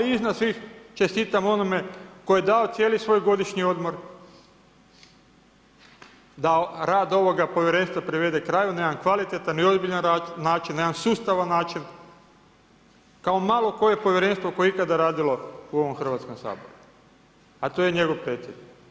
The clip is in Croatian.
Ali, iznad svih, čestitam onome, tko je dao cijeli svoj godišnji odmor da rad ovoga povjerenstva privede kraju, nemam kvalitetan i ozbiljan način, nemam sustavan način, kao malo koje povjerenstvo koje je ikada radilo u ovom Hrvatskom saboru, a to je njegov predsjednik.